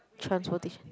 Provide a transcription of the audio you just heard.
transportation